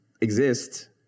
exist